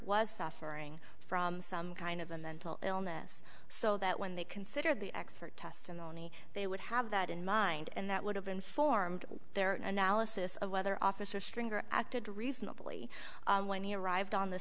was suffering from some kind of a mental illness so that when they consider the expert testimony they would have that in mind and that would have been formed their analysis of whether officer stringer acted reasonably when he arrived on the